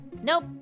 Nope